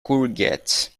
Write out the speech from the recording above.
courgette